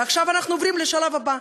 ועכשיו אנחנו עוברים לשלב הבא.